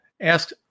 Ask